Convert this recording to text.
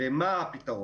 למה הפתרון.